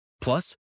Plus